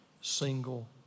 single